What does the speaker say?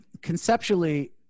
conceptually